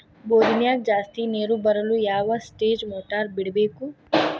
ಬೋರಿನ್ಯಾಗ ಜಾಸ್ತಿ ನೇರು ಬರಲು ಯಾವ ಸ್ಟೇಜ್ ಮೋಟಾರ್ ಬಿಡಬೇಕು?